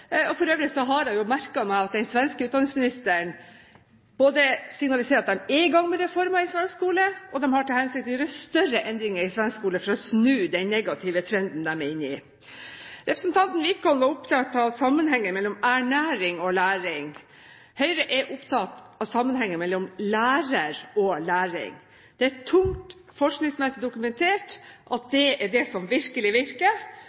som. For øvrig har jeg merket meg at den svenske utdanningsministeren både signaliserer at de er i gang med reformer i svensk skole, og at de har til hensikt å gjøre større endringer i svensk skole for å snu den negative trenden de er inne i. Representanten Wickholm var opptatt av sammenhengen mellom ernæring og læring. Høyre er opptatt av sammenhengen mellom lærer og læring. Det er tungt forskningsmessig dokumentert at det er det som virkelig virker,